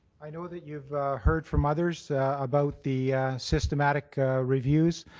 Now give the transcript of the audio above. i know that you've heard from others about the systematic reviews,